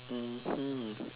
mmhmm